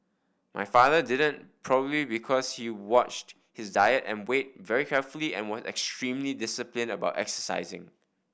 my father didn't probably because he watched his diet and weight very carefully and was extremely disciplined about exercising